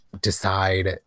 decide